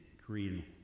Korean